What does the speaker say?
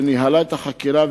שניהלה את החקירה,